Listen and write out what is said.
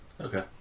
Okay